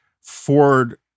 Ford